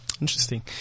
Interesting